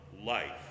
life